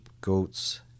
goats